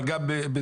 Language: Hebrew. אבל גם בזה